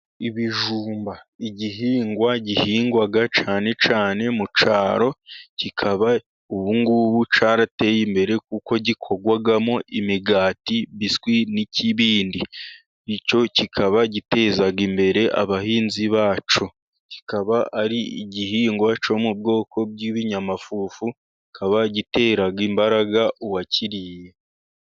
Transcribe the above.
Ibijumba, igihingwa gihingwa cyane cyane mu cyaro. Kikaba ubu ngubu cyarateye imbere, kuko gikorwamo imigati, biswi n'ibindi. Icyo kikaba giteza imbere abahinzi bacyo. Kikaba ari igihingwa cyo mu bwoko bw'ibinyamafufu. Kikaba gitera imbaraga uwakiriye.